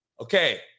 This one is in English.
Okay